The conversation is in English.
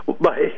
Bye